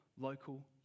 local